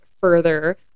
further